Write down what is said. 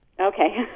okay